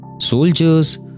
Soldiers